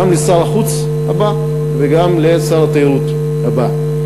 גם לשר החוץ הבא וגם לשר התיירות הבא.